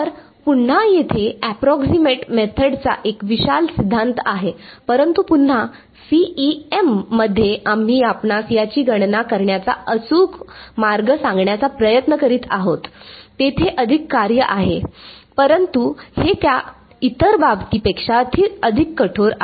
तर पुन्हा येथे एप्रॉक्सीमेट मेथडचा एक विशाल सिद्धांत आहे परंतु पुन्हा CEM मध्ये आम्ही आपणास याची गणना करण्याचा अचूक मार्ग सांगण्याचा प्रयत्न करीत आहोत तेथे अधिक कार्य आहे परंतु हे त्या इतर बाबतीपेक्षा अधिक कठोर आहे